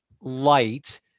light